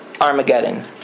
Armageddon